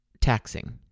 taxing